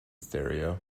stereo